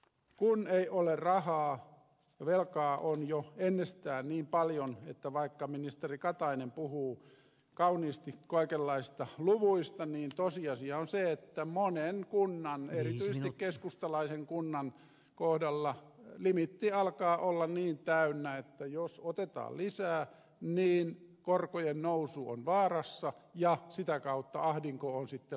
kun ei ole rahaa ja velkaa on jo ennestään paljon niin vaikka ministeri katainen puhuu kauniisti kaikenlaisista luvuista tosiasia on se että monen kunnan erityisesti keskustalaisen kunnan kohdalla limiitti alkaa olla niin täynnä että jos otetaan lisää velkaa niin korkojen nousu on vaarassa ja sitä kautta ahdinko on sitten lopullinen